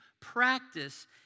practice